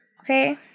Okay